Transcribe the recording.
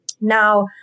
Now